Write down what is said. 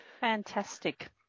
Fantastic